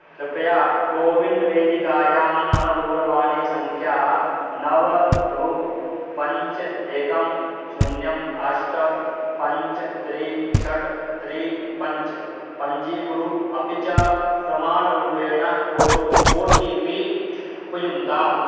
कृपया कोविन् वेदिकायां मम दूरवाणीसङ्ख्या नव द्वौ पञ्च एकं शून्यम् अष्ट पञ्च त्रि षट् त्रि पञ्च पञ्जीकुरु अपि च प्रमाणरूपेण ओटो ओ टि पि उपयुङ्क्तात्